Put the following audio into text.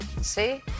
See